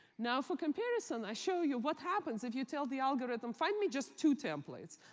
now for comparison, i show you what happens if you tell the algorithm, find me just two templates.